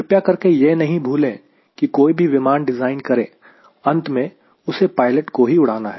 कृपया करके यह नहीं भूले की कोई भी विमान डिज़ाइन करें अंत में उसे पायलट को ही उड़ाना है